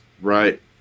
right